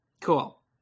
Cool